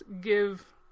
give